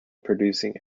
producing